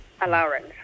allowance